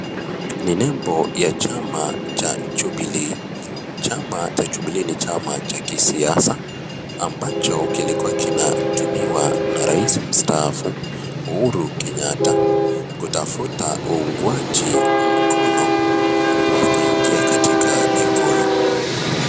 Ni nembo ya chama cha Jubilee chama cha Jubilee ni chama cha kisiasa ambacho kilikuwa kinatumiwa na rais mstaafu Uhuru Kenyatta kutafuta uungwanji mkono wa kuingia katika ikuluu.